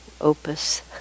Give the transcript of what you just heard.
opus